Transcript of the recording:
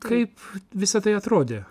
kaip visa tai atrodė blogai